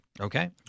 Okay